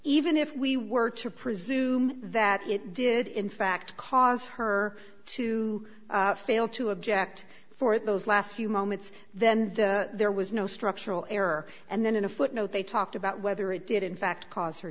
even if we were to presume that it did in fact cause her to fail to object for those last few moments then there was no structural error and then in a footnote they talked about whether it did in fact cause her